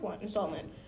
installment